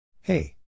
Hey